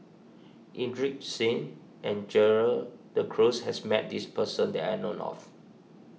Inderjit Singh and Gerald De Cruz has met this person that I know of